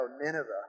Nineveh